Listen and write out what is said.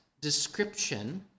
description